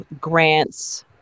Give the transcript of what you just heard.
grants